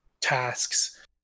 tasks